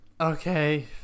okay